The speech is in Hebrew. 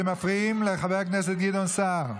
אתם מפריעים לחבר הכנסת גדעון סער.